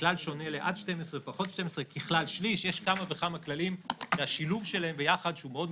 לחוק יסוד: הכנסת, שאם עד אליהם